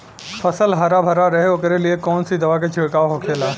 फसल हरा भरा रहे वोकरे लिए कौन सी दवा का छिड़काव होखेला?